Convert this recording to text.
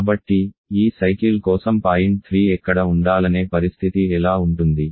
కాబట్టి ఈ సైకిల్ కోసం పాయింట్ 3 ఎక్కడ ఉండాలనే పరిస్థితి ఎలా ఉంటుంది